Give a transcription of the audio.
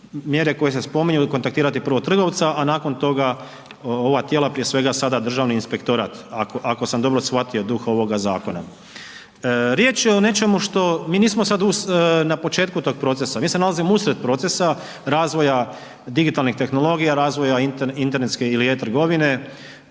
koje se spominju ili kontaktirati prvo trgovca, a nakon toga ova tijela prije svega sada državni inspektorat ako, ako sam dobro shvatio duh ovoga zakona. Riječ je o nečemu što, mi nismo sad na početku tog procesa, mi se nalazimo usred procesa razvoja digitalnih tehnologija, razvoja internetske ili e-trgovine